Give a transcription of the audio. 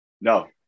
No